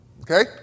okay